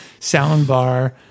soundbar